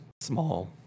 Small